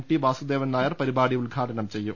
T Vasudevan Nair പരിപാടി ഉദ്ഘാടനം ചെയ്യും